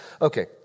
Okay